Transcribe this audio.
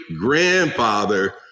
grandfather